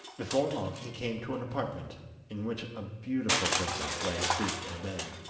before long he came to an apartment in which a beautiful princess lay asleep in a bed,